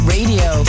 Radio